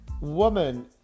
woman